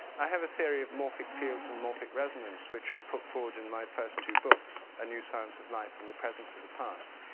i have a theory of morphic fields and morphic resonance which i put forward in my first two books, a new science of life and the presence of the past.